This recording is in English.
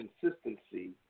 consistency